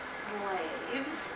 slaves